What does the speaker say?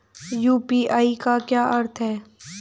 UPI का क्या अर्थ है?